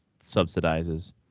subsidizes